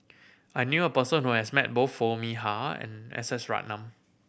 I knew a person who has met both Foo Mee Har and S S Ratnam